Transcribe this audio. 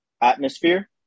atmosphere